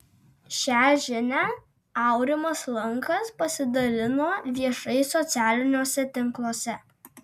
šią žinią aurimas lankas pasidalino viešai socialiniuose tinkluose